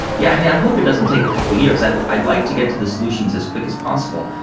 yeah yeah i hope it doesn't take a couple of years, i'd i'd like to get to the solutions as quick as possible,